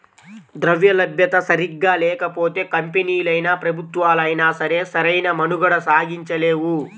ద్రవ్యలభ్యత సరిగ్గా లేకపోతే కంపెనీలైనా, ప్రభుత్వాలైనా సరే సరైన మనుగడ సాగించలేవు